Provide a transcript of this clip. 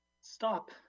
stop